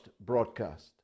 broadcast